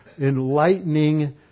enlightening